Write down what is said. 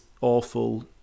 awful